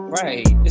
right